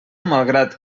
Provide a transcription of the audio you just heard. malgrat